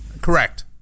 Correct